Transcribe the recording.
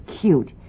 cute